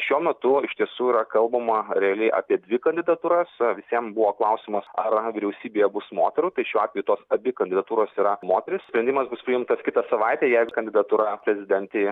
šiuo metu iš tiesų yra kalbama realiai apie dvi kandidatūras visiem buvo klausimas ar vyriausybėje bus moterų šiuo atveju tos abi kandidatūros yra moterys sprendimas bus priimtas kitą savaitę jeigu kandidatūra prezidentei